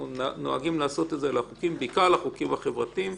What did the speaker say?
אנחנו נוהגים לעשות את זה בעיקר בחוקים החברתיים,